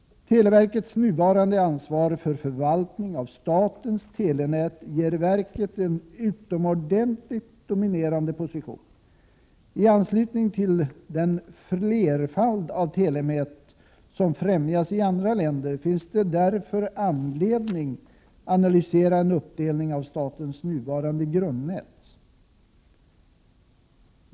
Televerkets nuvarande ansvar för förvaltning av statens telenät ger verket en utomordentligt dominerande position. I anslutning till den flerfald av telenät som främjas i andra länder finns det därför anledning analysera en uppdelning av statens nuvarande grundnät.